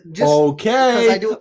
Okay